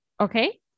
Okay